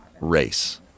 race